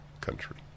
country